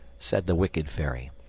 said the wicked fairy.